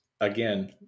again